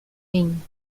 ming